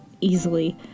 easily